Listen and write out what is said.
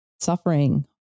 Suffering